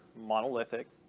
monolithic